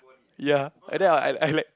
ya and then I I like